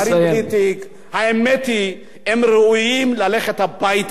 שרים בלי תיק, האמת היא, הם ראויים ללכת הביתה.